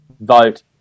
vote